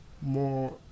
more